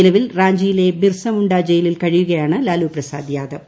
നിലവിൽ റാഞ്ചിയിലെ ബിർസമുണ്ട ജയിലിൽ കഴിയുകയാണ് ലാലുപ്രസാദ് യാദവ്